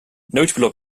notable